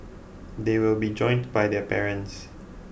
they will be joined by their parents